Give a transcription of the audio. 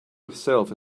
herself